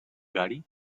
gary